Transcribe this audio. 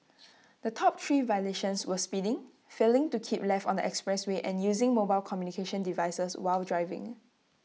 the top three violations were speeding failing to keep left on the expressway and using mobile communications devices while driving